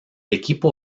equipo